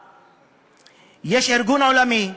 יש ארגון עולמי,